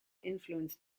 influence